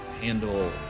handle